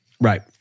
right